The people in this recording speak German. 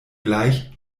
gleich